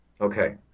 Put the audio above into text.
okay